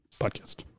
podcast